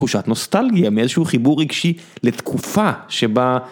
תחושת נוסטלגיה מאיזשהו חיבור רגשי לתקופה שבה